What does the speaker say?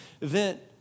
event